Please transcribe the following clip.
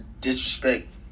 disrespect